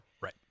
right